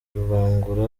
rubangura